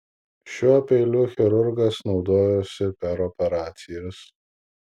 šiuo peiliu chirurgas naudojosi per operacijas